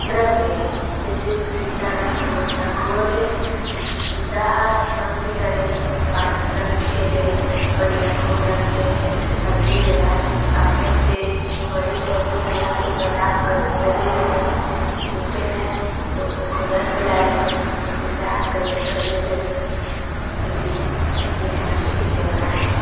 drum में जैसे जितना रंग हो रंग घोर लें बिंदास मस्ती करें पान रंग खेलें बढ़िया खूब रंग खेले अबीर लगाएँ अपने से बड़े को भी लगा कर प्रणाम करे गले मिले छोटे हैं तो उनको रंग डाले उनसे प्यार करें गले लगे होली है ये संस्कृत त्योहार है